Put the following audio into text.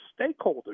stakeholders